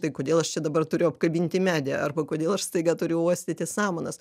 tai kodėl aš čia dabar turiu apkabinti medį arba kodėl aš staiga turiu uostyti samanas